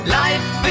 life